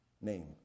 name